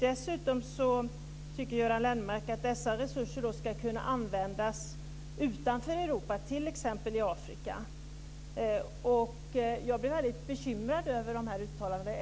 Dessutom tycker Göran Lennmarker att dessa resurser ska kunna användas utanför Europa, t.ex. i Jag blir väldigt bekymrad över de här uttalandena.